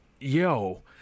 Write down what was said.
yo